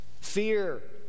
Fear